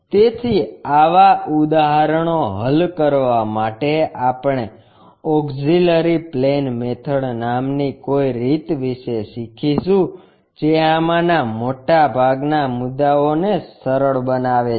તેથી આવા ઉદાહરણો હલ કરવા માટે આપણે ઓક્ષીલરી પ્લેન મેથડ નામની કોઈ રીત વિશે શીખીશું જે આમાંના મોટાભાગના મુદ્દાઓને સરળ બનાવે છે